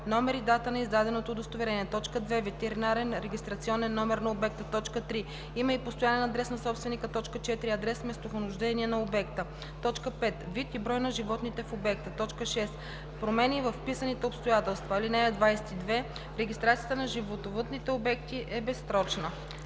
номер и дата на издаденото удостоверение; 2. ветеринарен регистрационен номер на обекта; 3. име и постоянен адрес на собственика; 4. адрес/местонахождение на обекта; 5. вид и брой на животните в обекта; 6. промени във вписаните обстоятелства. (22) Регистрацията на животновъдните обекти е безсрочна.“